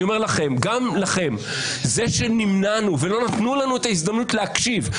אני אומר לכם: זה שנמנענו ולא נתנו לנו את ההזדמנות להקשיב,